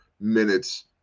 minutes